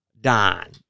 Don